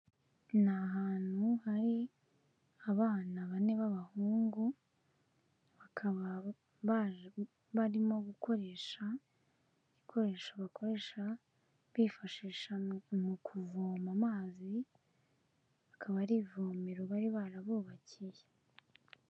Ni ahantu hari abana bane b'abahungu, bakaba barimo gukoresha ibikoresho bakoresha bifashisha mu kuvoma amazi, rikaba ari ivomero bari barabubakiye.